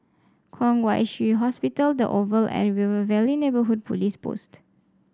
Kwong Wai Shiu Hospital the Oval and River Valley Neighbourhood Police Post